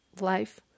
life